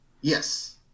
Yes